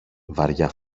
βαριά